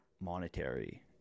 monetary